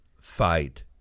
fight